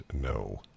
no